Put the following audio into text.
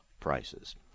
prices